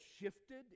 shifted